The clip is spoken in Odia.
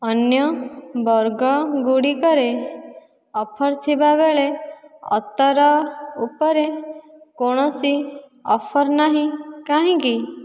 ଅନ୍ୟ ବର୍ଗଗୁଡ଼ିକରେ ଅଫର୍ ଥିବାବେଳେ ଅତର ଉପରେ କୌଣସି ଅଫର୍ ନାହିଁ କାହିଁକି